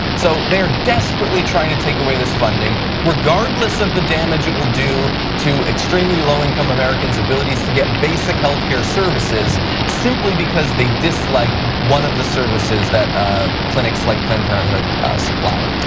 so they are desperately trying to take away this funding regardless the damage it will do to extremely low income americans' abilities to get basic healthcare services simply because they dislike one of the services that ah clinics like planned parenthood supply.